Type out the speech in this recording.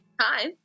Hi